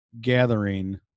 gathering